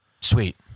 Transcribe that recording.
Sweet